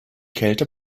kälte